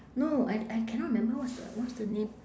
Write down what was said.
no I I cannot remember what's the what's the name